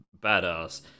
badass